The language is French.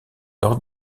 leurs